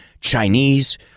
Chinese